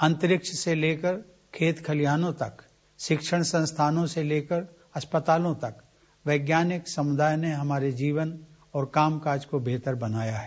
अंतरिक्ष से लेकर खेत खलिहानों तथा शिक्षण संस्थाओं से लेकर अस्पतालों तक वैज्ञानिक समुदाय ने हमारे जीवन और कामकाज को बेहतर बनाया है